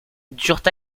durent